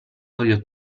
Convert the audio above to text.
voglio